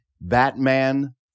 Batman